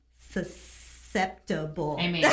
susceptible